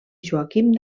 joaquim